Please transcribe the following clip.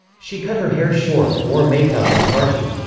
she cut her hair short, wore make-up and partied.